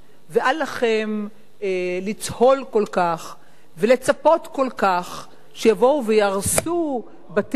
ואל לכם לצהול כל כך ולצפות כל כך שיבואו ויהרסו בתים.